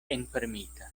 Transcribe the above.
enfermita